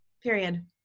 Period